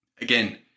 Again